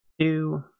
Two